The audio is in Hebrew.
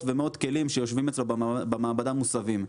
ומאות כלים שיושבים אצלו במעבדה מוסבים.